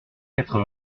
quatre